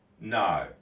no